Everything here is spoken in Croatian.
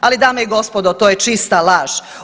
Ali, dame i gospodo to je čista laž.